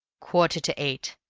quarter to eight.